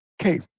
Okay